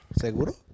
Seguro